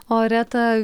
o reta